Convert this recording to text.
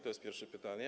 To jest pierwsze pytanie.